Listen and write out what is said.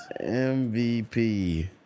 MVP